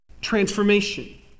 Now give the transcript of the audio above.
transformation